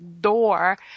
door